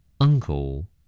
Uncle